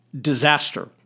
disaster